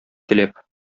теләп